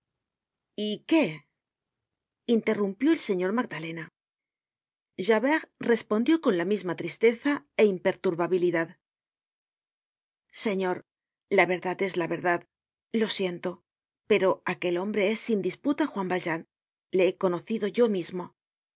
y qué interrumpio el señor magdalena javert respondió con la misma tristeza é imperturbabilidad señor la verdad es la verdad lo siento pero aquel hombre es sin disputa juan valjean le he conocido yo mismo